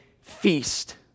feast